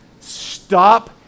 stop